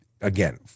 again